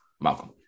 Malcolm